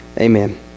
Amen